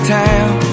town